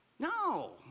No